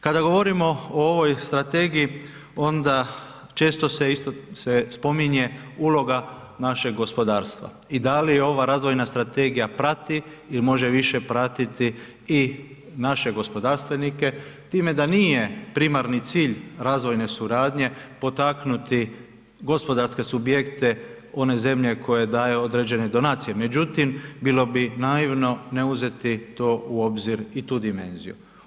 Kada govorimo o ovoj strategiji, onda često se spominje uloga našeg gospodarstva i da li ova razvojna strategija prati i može više pratiti i naše gospodarstvenike time da nije primarni cilj razvojne suradnje potaknuti gospodarske subjekte one zemlje koje daju određene donacije međutim bilo bi naivno ne uzeti to u obzir i tu dimenziju.